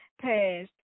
past